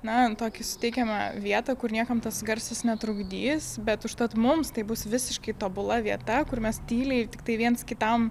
na tokį suteikiame vietą kur niekam tas garsas netrukdys bet užtat mums tai bus visiškai tobula vieta kur mes tyliai tiktai viens kitam